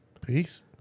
Peace